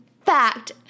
fact